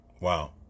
Wow